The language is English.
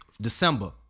December